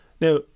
now